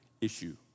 issue